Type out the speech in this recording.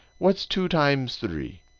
what's two times three?